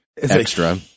extra